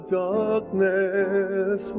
darkness